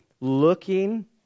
looking